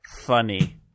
funny